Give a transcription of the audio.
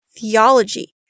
theology